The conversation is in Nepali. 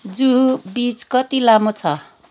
जुहू बिच कति लामो छ